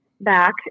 back